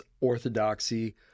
orthodoxy